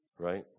right